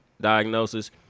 diagnosis